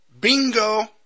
Bingo